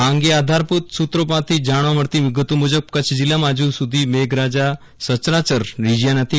આ અંગે આધારભૂત સૂત્રો પાસેથી જાણવા મળતી વિગતો મુજબ કચ્છ જિલ્લામાં હજુ સુધી મેઘરાજા રીઝયા નથી